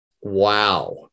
Wow